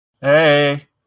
Hey